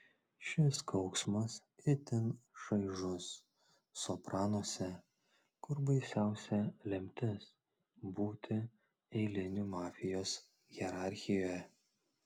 šis kauksmas itin šaižus sopranuose kur baisiausia lemtis būti eiliniu mafijos hierarchijoje